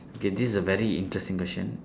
okay this is a very interesting question